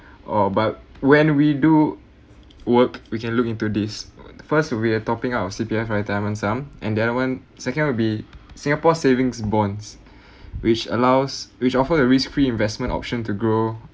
oh but when we do work we can look into this first we're topping up our C_P_F retirement sum and then one second will be singapore savings bonds which allows which offer a risk-free investment option to grow